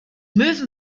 möwen